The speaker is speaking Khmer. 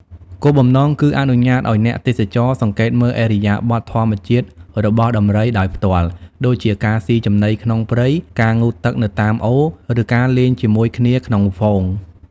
គោលបំណងគឺអនុញ្ញាតឲ្យអ្នកទេសចរ សង្កេតមើលឥរិយាបថធម្មជាតិ របស់ដំរីដោយផ្ទាល់ ដូចជាការ ស៊ីចំណីក្នុងព្រៃ ការងូតទឹកនៅតាមអូរ ឬការលេងជាមួយគ្នាក្នុងហ្វូង។